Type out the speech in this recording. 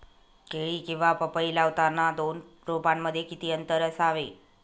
केळी किंवा पपई लावताना दोन रोपांमध्ये किती अंतर असावे?